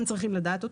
הם צריכים לדעת אותו.